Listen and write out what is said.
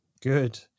Good